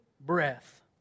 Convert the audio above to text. breath